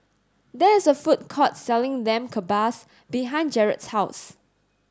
there is a food court selling Lamb Kebabs behind Jarrett's house